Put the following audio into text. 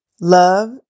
Love